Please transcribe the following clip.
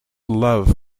love